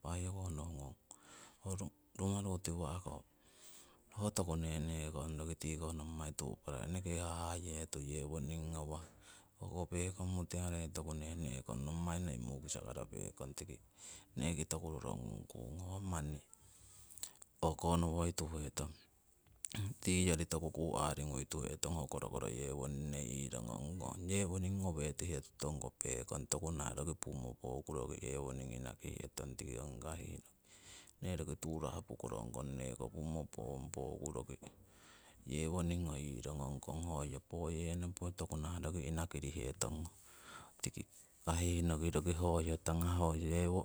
Impa hoyoko nohungong ho rumaru tiwa'ko ho toku nee nekong roki tii nommai tupara, eneke hahayetu yewoming ngawah, hoko pekong mutiharei toku nee nekong, nommai noi mukisakaro pekong tiko neki toku rorongungkung. ho manni o'konowoituhetong tiyori toku kuu aringui tuhetong ho korokoro yewoning nee irongongkong, yewoning ngowetihetutongko pekong, toku nah roki pumo poku roki yewoning inakihetong tiki ongi kahihno, nee roki turapo korongkong, neko puumo, poong, pooku roki yewoningo irongongkong, poyennopo, toku nahah roki inakirihetong. tiki kahih noki roki hoyo tangah ho yewo